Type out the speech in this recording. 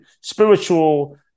spiritual